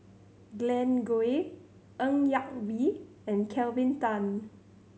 Glen Goei Ng Yak Whee and Kelvin Tan